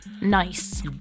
nice